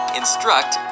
instruct